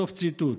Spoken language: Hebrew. סוף ציטוט.